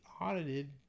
audited